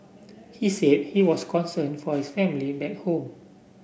he said he was concerned for his family back home